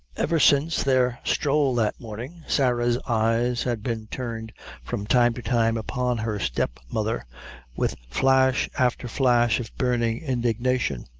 ever since their stroll that morning, sarah's eyes had been turned from time to time upon her step-mother with flash after flash of burning indignation,